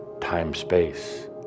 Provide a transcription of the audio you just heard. time-space